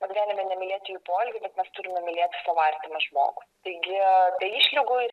vat galime nemylėti jų poelgių bet mes turime mylėti savo artimą žmogų taigi be išlygų jis